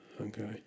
Okay